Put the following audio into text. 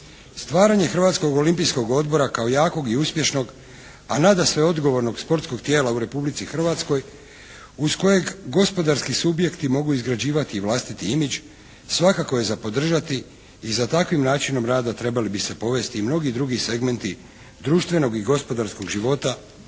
Stvaranje Hrvatskog olimpijskog odbora kao jakog i uspješnog a nadasve odgovornog sportskog tijela u Republici Hrvatskoj uz kojeg gospodarski subjekti mogu izgrađivati i vlastiti imidž svakako je za podržati i za takvim načinom rada trebali bi se povesti i mnogi drugi segmenti društvenog i gospodarskog života u